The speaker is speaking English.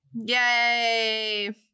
Yay